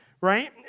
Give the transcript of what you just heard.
right